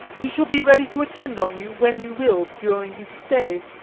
he shall be ready to attend on you when you will during his stay,